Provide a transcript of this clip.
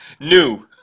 New